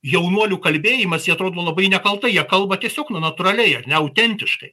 jaunuolių kalbėjimas jie atrodo labai nekaltai jie kalba tiesiog na natūraliai ar ne autentiškai